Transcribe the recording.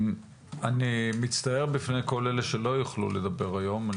אני מצטער בפני כל אלה שלא יוכלו לדבר היום.